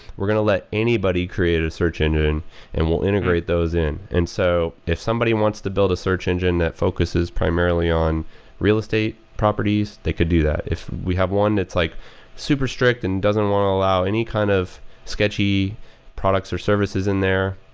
we're going to let anybody create a search engine and we'll integrate those in and so if somebody wants to build a search engine that focuses primarily on real estate properties, they could do that. if we have one that's like super strict and doesn't want to allow any kind of sketchy products or services in there,